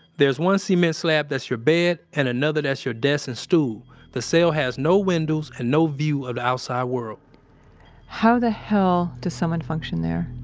there's one cement slab that's your bed and another that's your desk and stool. the cell has no windows and no view of the outside world how the hell does someone function there?